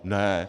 Ne.